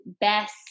best